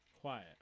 Quiet